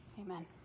Amen